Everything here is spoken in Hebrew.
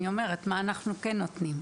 אני אומרת מה אנחנו כן נותנים.